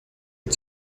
und